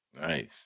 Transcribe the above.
Nice